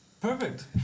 Perfect